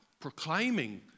proclaiming